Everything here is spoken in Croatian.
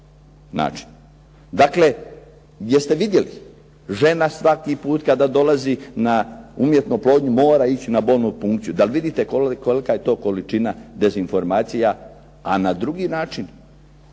Dakle, jeste vidjeli, žena svaki put kada dolazi na umjetnu oplodnju mora ići na bolnu punkciju. Dal vidite kolika je to količina dezinformacija, a na drugi način